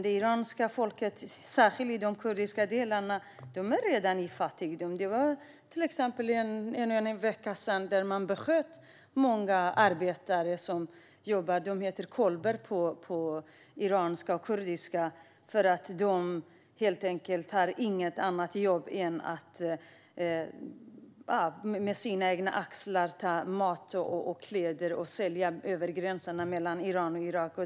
Det iranska folket, särskilt i de kurdiska delarna, lever redan i fattigdom. För en vecka sedan besköts till exempel många arbetare, som kallas "kolber" på persiska och kurdiska. De har inte något annat jobb än att på sina egna axlar bära mat och kläder som de säljer vid gränsen mellan Iran och Irak.